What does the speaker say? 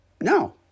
no